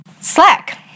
slack